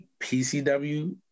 pcw